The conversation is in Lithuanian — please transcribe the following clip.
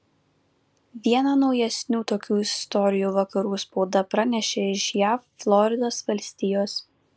vieną naujesnių tokių istorijų vakarų spauda pranešė iš jav floridos valstijos